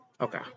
Okay